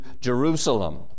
Jerusalem